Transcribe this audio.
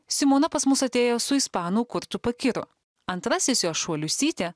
simona pas mus atėjo su ispanų kurtu pakiro antrasis jos šuo liusytė